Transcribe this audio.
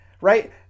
right